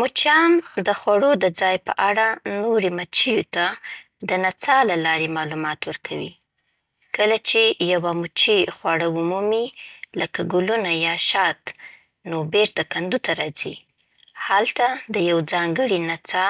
مچیان د خوړو د ځای په اړه نورو مچیو ته د نڅا له لارې معلومات ورکوي. کله چې یوه مچۍ خوړه ومومي، لکه ګلونه یا شات، نو بیرته کندو ته راځي. هلته د یو ځانګړې نڅا